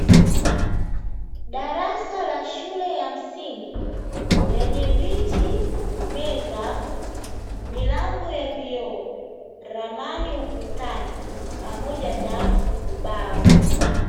Darasa la shule ya msingi Lenye viti meza Milango ya vioo ramani ukutani pamoja na Ubao